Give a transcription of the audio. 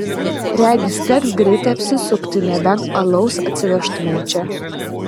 regis teks greitai apsisukti nebent alaus atsivežtumėm čia